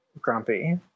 grumpy